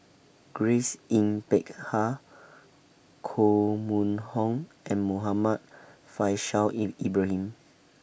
Grace Yin Peck Ha Koh Mun Hong and Muhammad Faishal in Ibrahim